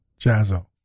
Jazzo